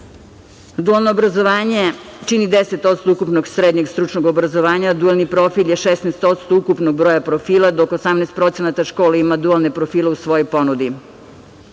obrazovanje čini 10% ukupnog srednjeg stručnog obrazovanja, dualni profil je 16% ukupnog broja profila, dok 18% škole ima dualne profile u svojoj ponudi.